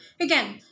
again